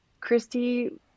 Christy